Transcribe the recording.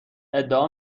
ادعا